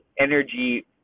energy